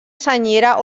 senyera